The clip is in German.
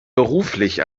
beruflich